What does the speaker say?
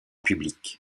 public